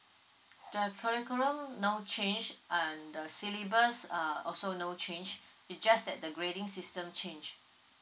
the curriculum no change and the syllabus uh also no change it just that the grading system change